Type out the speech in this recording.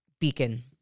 Beacon